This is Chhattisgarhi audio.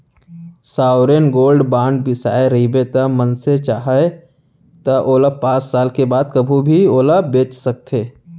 सॉवरेन गोल्ड बांड बिसाए रहिबे त मनसे चाहय त ओला पाँच साल के बाद कभू भी ओला बेंच सकथे